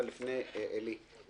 אבל לפני עלי בינג,